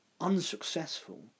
unsuccessful